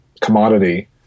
commodity